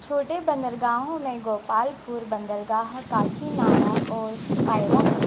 छोटे बंदरगाहों में गोपालपुर बंदरगाह काकीनाडा और पायरा हैं